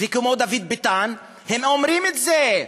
וכמו דוד ביטן, אומרים את זה.